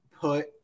put